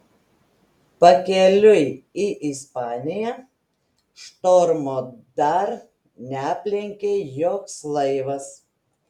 pakeliui į ispaniją štormo dar neaplenkė joks laivas